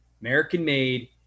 American-made